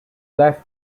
left